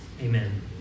Amen